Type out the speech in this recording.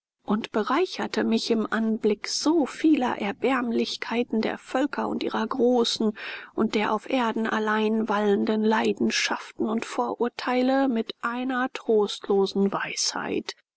und bereicherte mich im anblick so vieler erbärmlichkeiten der völker und ihrer großen und der auf erden allein waltenden leidenschaften und vorurteile mit einer trostlosen weisheit